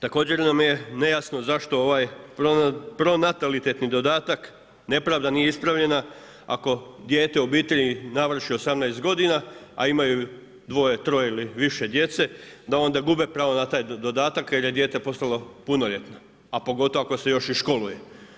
Također nam je nejasno zašto ovaj pronatalitetni dodatak nepravda nije ispravljena ako dijete u obitelji navrši 18 godina, a imaju dvoje, troje ili više djece da onda gube pravo na taj dodatak jer je dijete postalo punoljetno, a pogotovo ako se još i školuje.